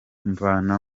mvana